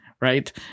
right